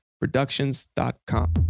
Productions.com